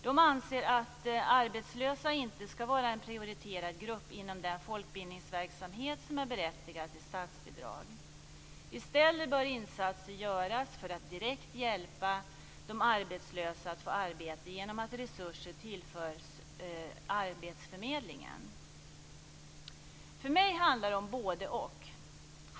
De anser att arbetslösa inte skall vara en prioriterad grupp inom den folkbildningsverksamhet som är berättigad till statsbidrag. I stället bör insatser göras för att direkt hjälpa de arbetslösa att få arbete genom att resurser tillförs arbetsförmedlingen. För mig handlar det om både-och.